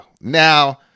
Now